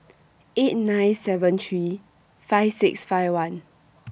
eight nine seven three five six five one